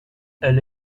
elle